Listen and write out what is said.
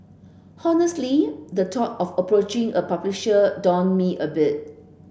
honestly the thought of approaching a publisher daunted me a bit